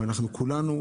וכולנו,